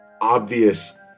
obvious